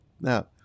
Now